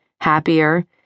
happier